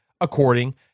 according